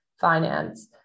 finance